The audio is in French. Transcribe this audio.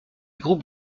groupe